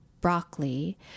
broccoli